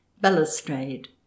balustrade